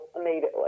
immediately